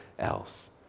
else